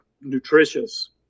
nutritious